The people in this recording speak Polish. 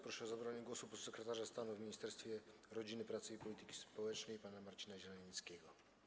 Proszę o zabranie głosu podsekretarza stanu w Ministerstwie Rodziny, Pracy i Polityki Społecznej pana Marcina Zielenieckiego.